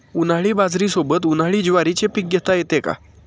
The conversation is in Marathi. उन्हाळी बाजरीसोबत, उन्हाळी ज्वारीचे पीक घेता येते का?